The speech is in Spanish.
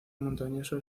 montañoso